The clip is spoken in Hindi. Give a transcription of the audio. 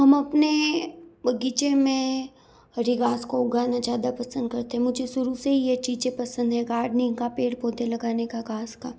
हम अपने बगीचे में हरी घास को उगाना ज़्यादा पसंद करते है मुझे शुरू से ये चीज़ें पसंद हैं गार्डनिंग का पेड़ पौधे लगाने का घास का